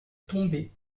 tomber